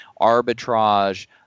arbitrage